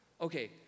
Okay